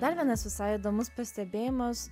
dar vienas visai įdomus pastebėjimas